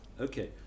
Okay